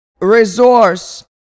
resource